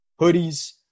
hoodies